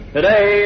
Today